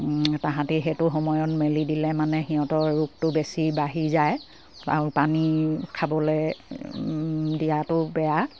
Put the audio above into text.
তাহাঁতি সেইটো সময়ত মেলি দিলে মানে সিহঁতৰ ৰোগটো বেছি বাঢ়ি যায় আৰু পানী খাবলে দিয়াটো বেয়া